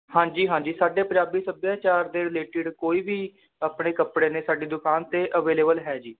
ਹਾਂਜੀ ਹਾਂਜੀ ਸਾਡੇ ਪੰਜਾਬੀ ਸੱਭਿਆਚਾਰ ਦੇ ਰਿਲੇਟਿਡ ਕੋਈ ਵੀ ਆਪਣੇ ਕੱਪੜੇ ਨੇ ਸਾਡੀ ਦੁਕਾਨ 'ਤੇ ਅਵੇਲੇਬਲ ਹੈ ਜੀ